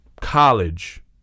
college